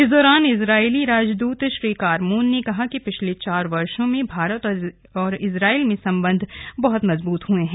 इस दौरान इजरायली राजदूत श्री कारमोन ने कहा कि पिछले चार वर्षों में भारत और इजरायल में संबंध बहत मजबूत हुए हैं